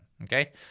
Okay